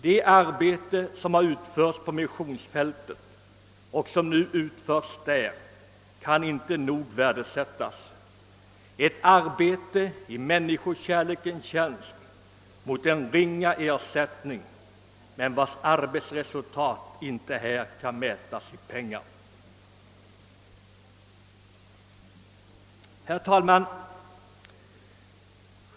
Det arbete som har utförts på missionsfältet där kan inte nog värdesättas. Det är ett arbete i män niskokärlekens tjänst mot en ringa ersättning, ett arbete vars resultat inte kan mätas i pengar. Herr talman!